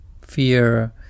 fear